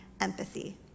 empathy